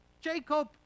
Jacob